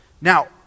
Now